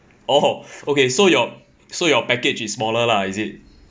oh okay so your so your package is smaller lah is it